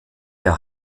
der